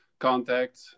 contact